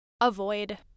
avoid